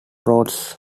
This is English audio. roads